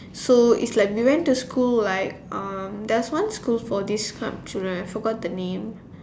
so it's like we went to school like um there was one school for this club to like I forgot the name